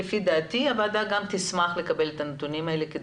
לפי דעתי הוועדה תשמח לקבל את הנתונים האלה.